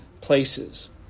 places